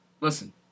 listen